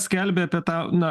skelbia apie tą na